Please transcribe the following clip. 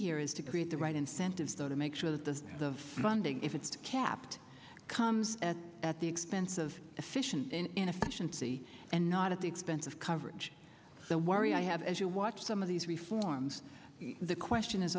create the right incentives though to make sure that the the funding if it's kept comes at at the expense of efficient inefficiency and not at the expense of coverage so worry i have as you watch some of these reforms the question is